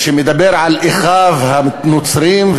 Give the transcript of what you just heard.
שמדבר על אחיו הנוצרים,